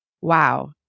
wow